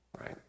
right